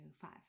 five